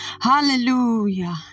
Hallelujah